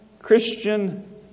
Christian